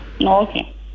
Okay